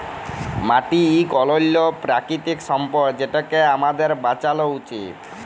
মাটি ইক অলল্য পেরাকিতিক সম্পদ যেটকে আমাদের বাঁচালো উচিত